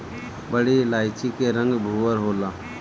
बड़ी इलायची के रंग भूअर होला